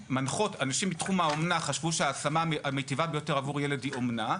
שאנשים מתחום האומנה חשבו שההשמה המיטיבה ביותר עבור ילד היא אומנה.